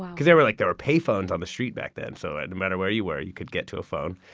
because there were like there were pay phones on the street back then. so, no matter where you were, you could get to a phone.